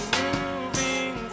moving